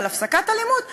על הפסקת אלימות או,